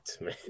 man